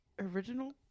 original